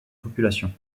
population